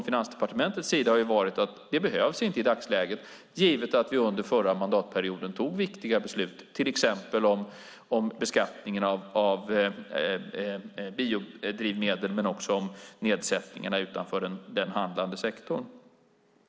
Finansdepartementets bedömning har varit att det inte behövs i dagsläget givet att vi under den förra mandatperioden fattade viktiga beslut, till exempel om beskattningen av biodrivmedel och nedsättningarna utanför den handlande sektorn.